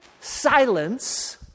silence